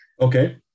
Okay